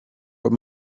what